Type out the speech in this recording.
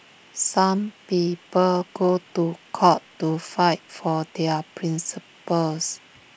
some people go to court to fight for their principles